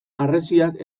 harresiak